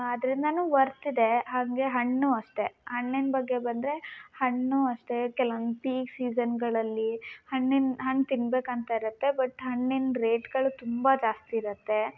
ಅದ್ರಿಂದಲೂ worth ಇದೆ ಹಾಗೆ ಹಣ್ಣು ಅಷ್ಟೇ ಹಣ್ಣಿನ ಬಗ್ಗೆ ಬಂದರೆ ಹಣ್ಣು ಅಷ್ಟೇ ಕೆಲ್ವೊಂದು ಪೀಕ್ ಸೀಸನ್ಗಳಲ್ಲಿ ಹಣ್ಣಿನ ಹಣ್ಣು ತಿನ್ಬೇಕು ಅಂತ ಇರುತ್ತೆ ಬಟ್ ಹಣ್ಣಿನ ರೇಟ್ಗಳು ತುಂಬ ಜಾಸ್ತಿ ಇರುತ್ತೆ